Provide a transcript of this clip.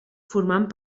formant